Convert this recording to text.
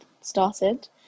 started